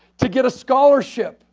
to get a scholarship